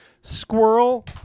Squirrel